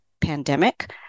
pandemic